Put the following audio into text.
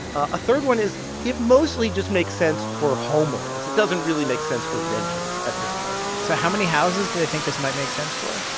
a third one is it mostly just makes sense for homeowners. it doesn't really make sense for renters at this point so how many houses do they think this might make sense for?